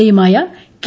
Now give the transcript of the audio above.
എയുമായ K